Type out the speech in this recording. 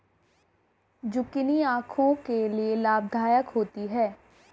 zucchini आंखों के लिए लाभदायक होती है